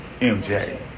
MJ